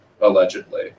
allegedly